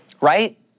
right